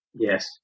Yes